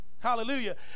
hallelujah